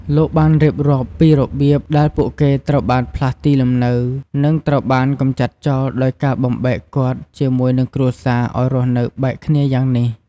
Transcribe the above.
លោកបានរៀបរាប់ពីរបៀបដែលពួកគេត្រូវបានផ្លាស់ទីលំនៅ និងត្រូវបានកម្ចាត់ចោលដោយការបំបែកគាត់ជាមួយនិងគ្រួសារឲ្យរស់នៅបែកគ្នាយ៉ាងនេះ។